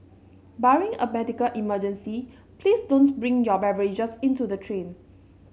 barring a medical emergency please don't bring your beverages into the train